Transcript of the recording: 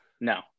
No